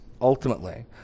ultimately